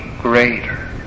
greater